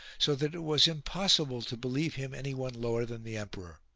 so that it was impossible to believe him anyone lower than the emperor.